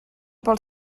pel